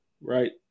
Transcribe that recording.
right